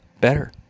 better